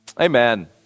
Amen